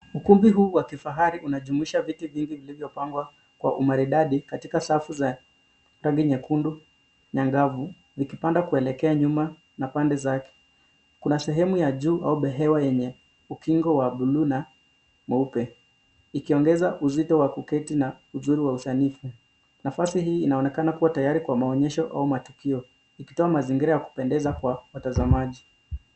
Ukumbi huu wa kifahari unajumuisha viti vingi vilivyo pangwa kwa umaridadi katika safu za rangi nyekundu na ngavu likipanda kuelekea nyuma na pande zake. Kuna sehemu ya juu au behewa wenye ukingo wa bluu na meupe iki ongeza uzito wa kuketi na uzuri wa usanifu, nafasi hii ina onekana kuwa tayari kwa maonesho au matukio ikitoa mazingira ya kupendeza kwa watazamaji.